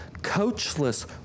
coachless